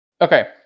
Okay